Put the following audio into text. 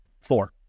Four